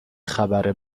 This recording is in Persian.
خبر